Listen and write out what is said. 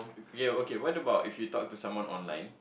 okay okay what about if you talk to someone online